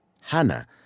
Hannah